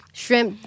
shrimp